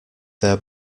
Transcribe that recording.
their